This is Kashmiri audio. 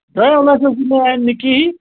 دَہَو لچھو سٍتۍ اَنٛدِ نہٕ کِہیٖنٛۍ